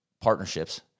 partnerships